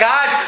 God